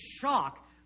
shock